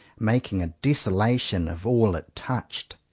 making a desolation of all it touched.